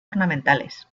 ornamentales